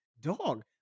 dog